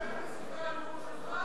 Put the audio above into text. מדינת פלסטין קיימת בספרי הלימוד שלך?